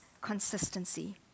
consistency